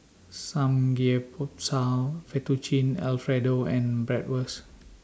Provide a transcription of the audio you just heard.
Samgyeopsal Fettuccine Alfredo and Bratwurst